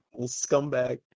scumbag